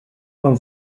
quan